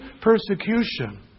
persecution